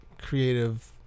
creative